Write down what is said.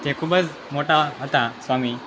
તે ખૂબ જ મોટા હતા સ્વામી